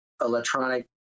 electronic